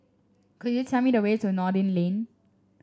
could you tell me the way to Noordin Lane